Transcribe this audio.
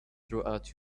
throughout